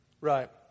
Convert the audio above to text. right